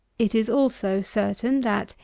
it is also certain, that,